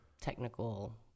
technical